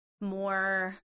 more